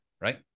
Right